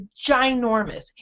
ginormous